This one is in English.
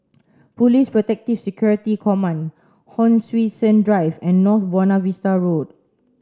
Police Protective Security Command Hon Sui Sen Drive and North Buona Vista Road